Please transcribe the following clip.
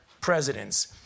presidents